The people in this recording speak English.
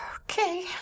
Okay